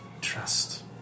trust